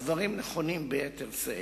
הדברים נכונים ביתר שאת.